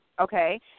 okay